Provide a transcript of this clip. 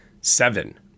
Seven